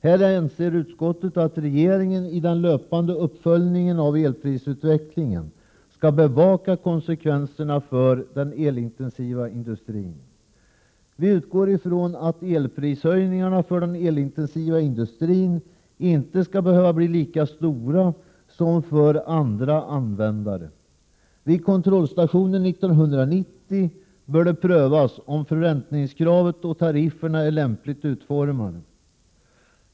Utskottet anser att regeringen i den löpande uppföljningen av elprisutvecklingen skall bevaka konsekvenserna för den elintensiva industrin. Vi utgår från att elprishöjningarna för den elintensiva industrin inte skall behöva bli lika stora som för andra användare. Vid kontrollstationen 1990 bör det prövas om förräntningskravet och tarifferna är lämpligt utformade.